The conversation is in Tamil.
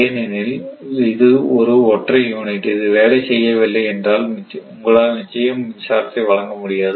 ஏனெனில் இது ஒரு ஒற்றை யூனிட் இது வேலை செய்யவில்லை என்றால் உங்களால் நிச்சயம் மின்சாரத்தை வழங்க முடியாது